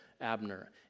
Abner